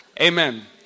Amen